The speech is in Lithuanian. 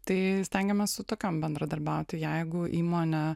tai stengiamės su tokiom bendradarbiauti jeigu įmonė